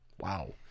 Wow